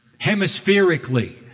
hemispherically